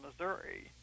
Missouri